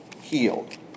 healed